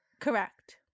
correct